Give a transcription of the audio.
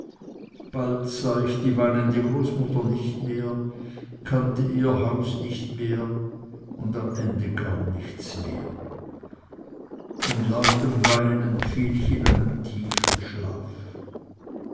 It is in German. bald sah ich die weinende großmutter nicht mehr sah ihr haus nicht mehr und am ende gar nichts mehr in lautem weinen fiel ich in einen tiefen schlaf